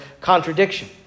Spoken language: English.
contradiction